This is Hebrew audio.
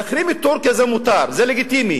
להחרים את טורקיה, זה מותר, זה לגיטימי.